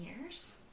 years